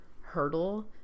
hurdle